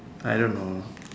I don't know